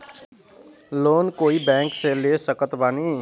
Loan कोई bank से ले सकत बानी?